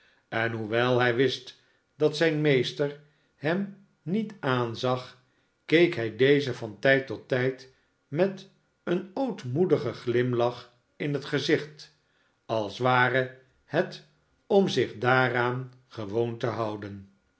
en hoewel rujwist dat zijn meester hem niet aanzag keek hij dezen van tijd tot tijd met een ootmoedigen glimlach in het gezicht als ware het om zich daaraan gewoon te houden